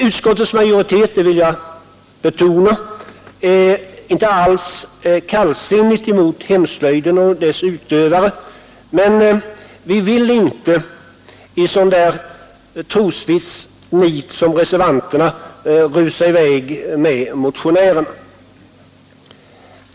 Utskottets majoritet — det vill jag betona — ställer sig inte alls kallsinnig mot hemslöjden och dess utövare, men vi vill inte i samma trosvissa nit som reservanterna rusa i väg med motionärerna.